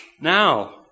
now